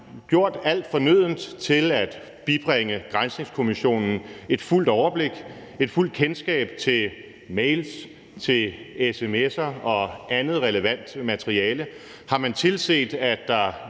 gjort alt fornødent for at bibringe granskningskommissionen et fuldt overblik ved et fuldt kendskab til mails, sms'er og andet relevant materiale? Har man tilset, at der